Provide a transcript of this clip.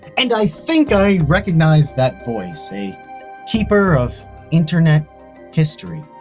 and i think i recognize that voice. a keeper of internet history.